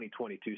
2022